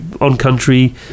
on-country